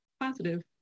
positive